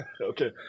okay